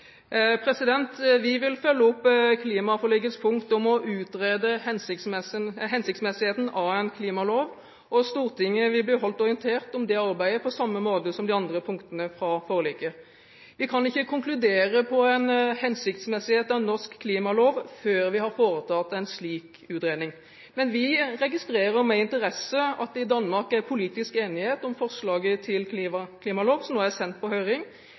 Vi vil følge opp klimaforlikets punkt om å utrede hensiktsmessigheten av en klimalov. Stortinget vil bli holdt orientert om det arbeidet, på samme måte som for de andre punktene i forliket. Vi kan ikke konkludere på en hensiktsmessighet av norsk klimalov før vi har foretatt en slik utredning. Men vi registrerer med interesse at det i Danmark er politisk enighet om forslaget til klimalov som nå er sendt på høring.